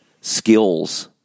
skills